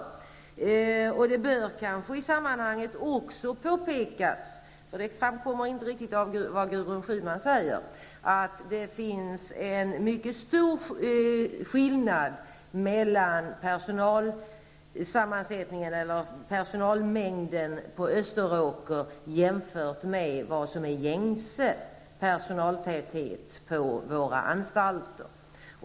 I sammanhanget bör det kanske också påpekas -- det framgick inte riktigt av vad Gudrun Schyman sade -- att det finns en mycket stor skillnad mellan personalmängden vid Österåkersanstalten och vad som är gängse personaltäthet på våra anstalter.